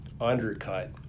undercut